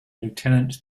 lieutenant